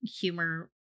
humor